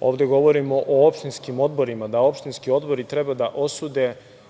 ovde govorimo o opštinskim odborima, da opštinski odbori treba da osude